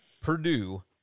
Purdue